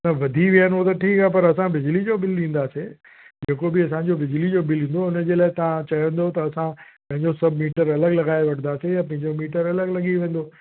त वधी विया आहिनि उहो त ठीकु आहे पर असां बिजली जो बिल ॾींदासीं जेको बि असांजो बिजली जो बिल ईंदो उन जे लाइ तव्हां चवंदव त असां पंहिंजो सभु मीटर अलॻि लॻाए वठंदासीं ऐं पंहिंजो मीटर अलॻि लॻी वेंदो